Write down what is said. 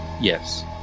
Yes